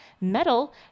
metal